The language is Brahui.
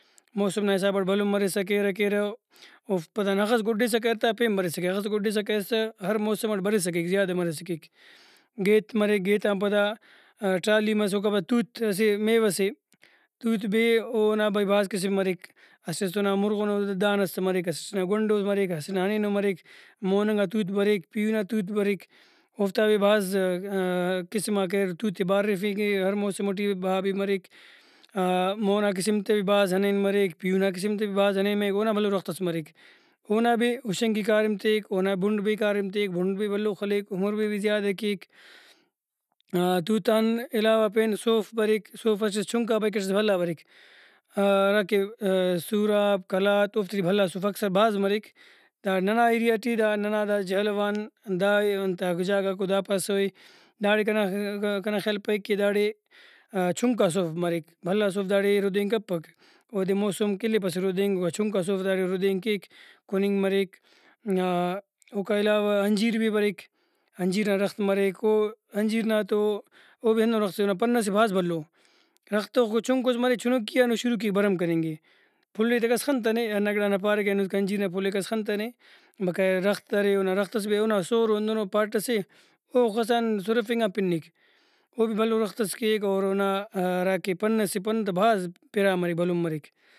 موسم نا حسابٹ بھلن مرسا کیرہ کیرہ اوفک پدان ہخس گڈسا کریر تا پین برسا کیرہ ہخس گڈسا کریس تا ہر موسم اٹ برسا کیک زیادہ مرسا کیک۔ گیت مرے گیت آن پدا ٹرالی مس اوکا پد توت اسہ میوہ سے توت بھی اونا بھئی بھاز قسم مریک اسٹ ئس تو اونا مرغنو دانس تہ مریک اسٹ نا گونڈوس مریک اسٹ نا ہنینو مریک موننگا توت بریک پیہنا توت بریک اوفتا بھی بھاز قِسماک اریر توتے بارفنگہ ہر موسم ٹی بہا بھی مریک مونا قسم تے بھی بھاز ہنین مریک پیہنا قسم تے بھی بھاز ہنین مریک اونا بھلو ڈرختس مریک اونا بھی ہُشنگ کہ کاریم تیک اونا بُھنڈ بھی کاریم تیک بُھنڈ بھلو خلیک عمرے بھی زیادہ کیک تُوتان علاوہ پین سوف بریک سوف اسٹ ئس چُنکا بریک اسٹ ئس بھلا بریک ہراکہ سوراب قلات اوفتے ٹی بھلا سوف اکثر بھاز مریک دا ننا ایریا ٹی دا ننا دا جہلاوان دا ئے انتاکو جاگہ غاکو دا پاسوئے داڑے کنا کنا خیال پائک کہ داڑے چُنکا سوف مریک بھلا سوف داڑے رُدینگ کپک اودے موسمک الیپسہ ردینگ گڑا چُنکا سوف داڑے رُدینگ کیک کُننگ مریک اوکا علاوہ انجیر بھی مریک انجیر نا ڈرخت مریک او انجیر نا تو او بھی ہندنو ڈرخت سے اونا پن ئسے بھاز بھلو درخت تہ خو چنکوس مریک چُنکی آن او شروع کیک بھرم کننگ اے پھل ئے تہ کس خنتنے ہندا گڑا نا پاریکہ اینو انجیر نا پھل ئے کس خنتنے بقایا ڈرخت ارے اونا ڈرخت ئس بھی اونا سورو ہندنو پاٹ سے اوخسان سُرفنگان پنیک او بھی بھلو ڈرخت ئس کیک اور اونا ہراکہ پن سے پن تہ بھاز پرا مریک بھلن مریک